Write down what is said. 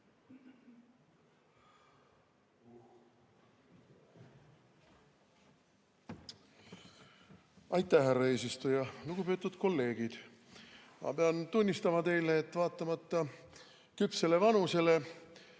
Aitäh, härra eesistuja! Lugupeetud kolleegid! Ma pean teile tunnistama, et vaatamata küpsele vanusele